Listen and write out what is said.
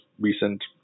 recent